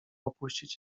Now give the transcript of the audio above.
opuścić